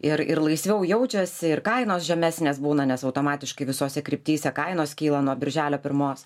ir ir laisviau jaučiasi ir kainos žemesnės būna nes automatiškai visose kryptyse kainos kyla nuo birželio pirmos